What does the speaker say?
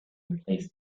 replaced